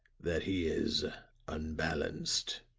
that he is unbalanced.